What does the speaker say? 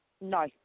No